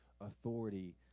authority